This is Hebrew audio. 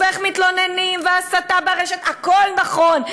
הפייסבוק, ואיך מתלוננים, והסתה ברשת, הכול נכון.